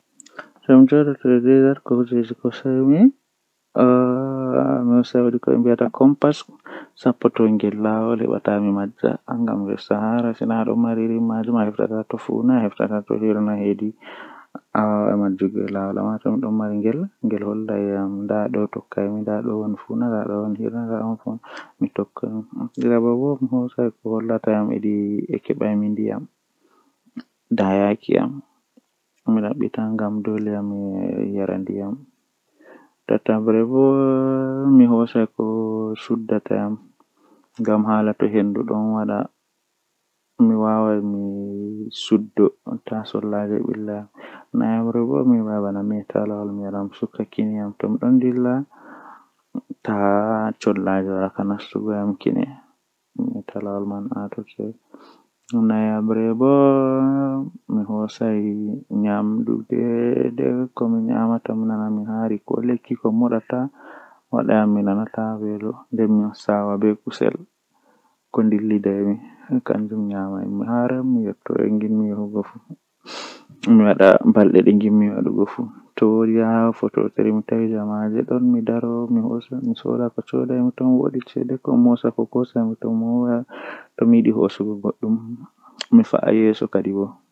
Eh mi wiyan mo o tokka hakkilingo bebandu maakko arandewol kam baawo o hakkili be bandu maako kala nde weeti fu o fina be law nden o wurta o dimbo bandu maako malla dogguki o wada keerol babal o tokkata doggugo be fajjira cub o dogga o yaha jei baldeeji sedda o laara